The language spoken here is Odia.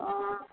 ହଁ